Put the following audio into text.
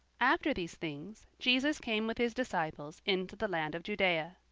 after these things, jesus came with his disciples into the land of judea.